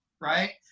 Right